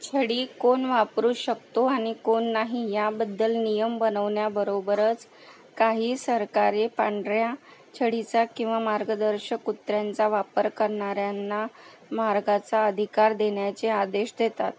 छडी कोण वापरू शकतो आणि कोण नाही याबद्दल नियम बनवण्याबरोबरच काही सरकारे पांढऱ्या छडीचा किंवा मार्गदर्शक कुत्र्यांचा वापर करणार्यांना मार्गाचा अधिकार देण्याचे आदेश देतात